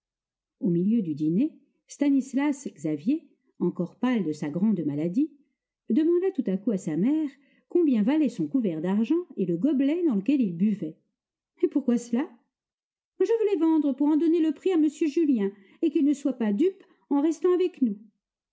au milieu du déjeuner stanislas xavier encore pâle de sa grande maladie demanda tout à coup à sa mère combien valaient son couvert d'argent et le gobelet dans lequel il buvait pourquoi cela je veux les vendre pour en donner le prix à m julien et qu'il ne soit pas dupe en restant avec nous